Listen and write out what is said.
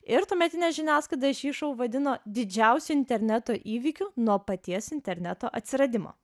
ir tuometinė žiniasklaida šį šou vadino didžiausiu interneto įvykiu nuo paties interneto atsiradimo